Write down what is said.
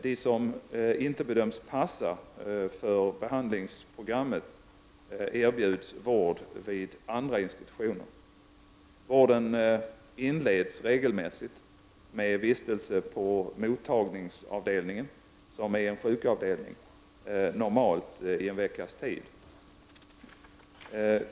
De som inte bedöms passa för behandlingsprogrammet erbjuds vård vid andra institutioner. Vården inleds regelmässigt med vistelse på mottagningsavdelningen, som är en sjukavdelning, normalt i en veckas tid.